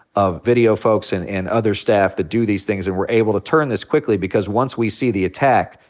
of video folks and and other staff that do these things, and we're able to turn this quickly. because once we see the attack,